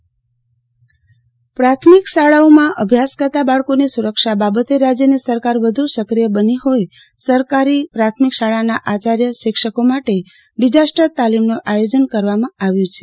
આરતી Bhatt disaster તાલીમ પ્રાથમિક શાળાઓમાં અભ્યાસ કરતા બાળકોની સુરક્ષા બાબતે રાજ્યની સરકાર વધુ સક્રિય બની હોય સરકારી પ્રાથમિક શાળાના આચાર્ય શિક્ષકો માટે ડીઝાસ્ટર તાલીમનું આયોજન કરવામાં આવ્યું છે